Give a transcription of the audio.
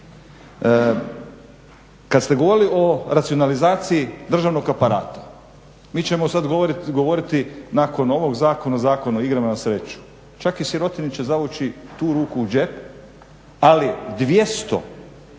kad ste govorili o racionalizaciji državnog aparata, mi ćemo sad govoriti nakon ovog zakona o Zakonu o igrama na sreću. Čak i sirotinji će zavući tu ruku u džep, ali 200